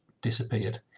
disappeared